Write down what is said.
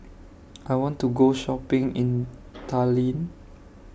I want to Go Shopping in Tallinn